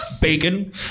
bacon